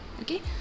okay